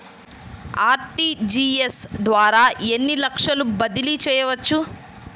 RTGS ద్వారా ఎన్ని లక్షలు బదిలీ చేయవచ్చు?